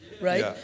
Right